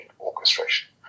orchestration